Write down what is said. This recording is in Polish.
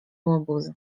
łobuzy